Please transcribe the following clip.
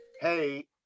Hey